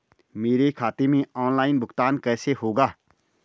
मेरे खाते में ऑनलाइन भुगतान कैसे होगा?